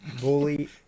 Bully